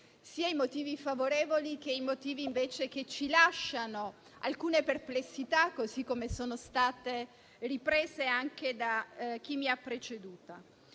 sia i motivi favorevoli che quelli che invece ci lasciano alcune perplessità, così come sono state riprese anche da chi mi ha preceduta.